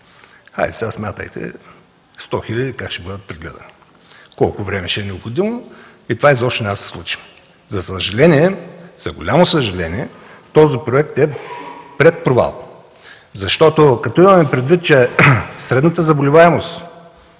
час. Сега смятайте 100 хиляди как ще бъдат прегледани, колко време ще бъде необходимо? И това изобщо няма да се случи. За голямо съжаление този проект е пред провал, защото, като имаме предвид, че средната заболеваемост